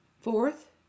Fourth